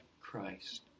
Christ